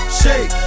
shake